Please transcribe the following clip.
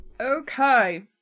Okay